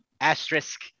asterisk